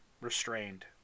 restrained